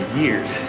years